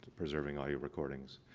preserving audio recordings,